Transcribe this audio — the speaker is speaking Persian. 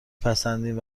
پسندین